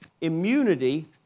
Immunity